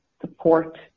support